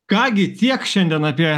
ką gi tiek šiandien apie